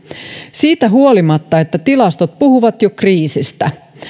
siitä huolimatta että tilastot puhuvat jo kriisistä